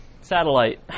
satellite